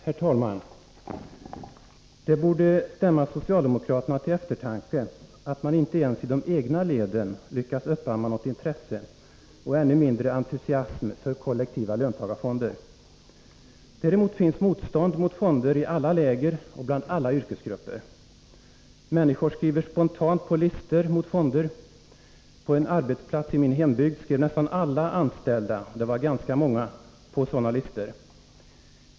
Herr talman! Det borde stämma socialdemokraterna till eftertanke, att man inte ensi de egna leden lyckas uppamma något intresse och ännu mindre entusiasm för kollektiva löntagarfonder. Däremot finns motstånd mot fonder i alla läger och bland alla yrkesgrupper. Människor skriver spontant på listor mot fonder. På en arbetsplats i min hembygd skrev nästan alla anställda — det var ganska många — på sådana listor.